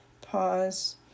Pause